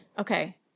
Okay